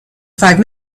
five